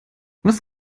was